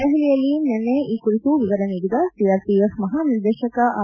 ದೆಹಲಿಯಲ್ಲಿ ನಿನ್ನೆ ಈ ಕುರಿತು ವಿವರ ನೀಡಿದ ಸಿಆರ್ಪಿಎಫ್ ಮಹಾ ನಿರ್ದೇಶಕ ಆರ್